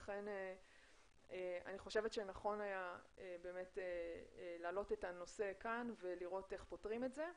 לכן אני חושבת שנכון היה להעלות את הנושא כאן ולראות איך פותרים את זה,